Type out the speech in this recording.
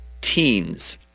teens